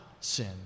sin